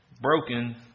Broken